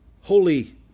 Holy